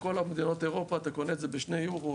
בכל מדינות אירופה אתה קונה את זה בשני אירו,